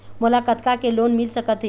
मोला कतका के लोन मिल सकत हे?